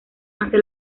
hace